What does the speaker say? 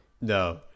No